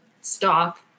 stop